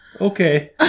Okay